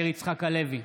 מאיר יצחק הלוי,